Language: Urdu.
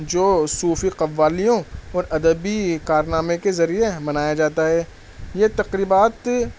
جو صوفی قوالیوں اور ادبی کارنامے کے ذریعے منایا جاتا ہے یہ تقریبات